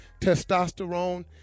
testosterone